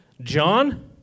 John